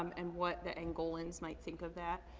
um and what the angolans might think of that.